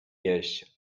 jeść